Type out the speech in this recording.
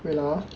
wait lah